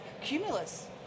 Cumulus